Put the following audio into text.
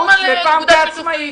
הקיבוץ ופעם כעצמאי?